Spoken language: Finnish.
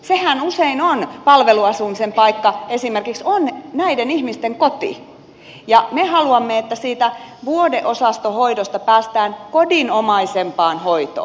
sehän usein on esimerkiksi palveluasumisen paikka näiden ihmisten koti ja me haluamme että siitä vuodeosastohoidosta päästään kodinomaisempaan hoitoon